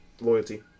Loyalty